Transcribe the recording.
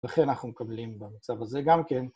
וכן אנחנו מקבלים במצב הזה, גם כן.